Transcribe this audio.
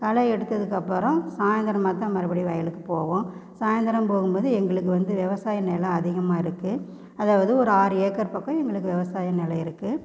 களை எடுத்ததுக்கு அப்புறம் சாய்ந்தரமா தான் மறுபடியும் வயலுக்கு போவோம் சாய்ந்தரம் போகும் போது எங்களுக்கு வந்து விவசாயம் நிலம் அதிகமாக இருக்கு அதாவது ஒரு ஆறு ஏக்கர் பக்கம் எங்களுக்கு விவசாயம் நிலம் இருக்கு